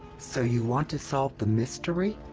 so you want to solve the mystery?